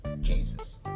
Jesus